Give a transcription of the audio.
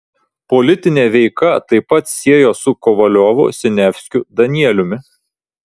politinė veika taip pat siejo su kovaliovu siniavskiu danieliumi